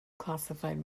classified